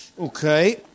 Okay